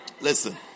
Listen